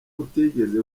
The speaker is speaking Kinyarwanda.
butigeze